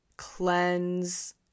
Cleanse